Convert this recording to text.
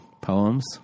poems